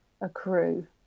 accrue